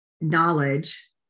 knowledge